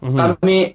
kami